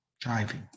driving